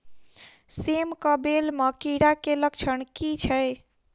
सेम कऽ बेल म कीड़ा केँ लक्षण की छै?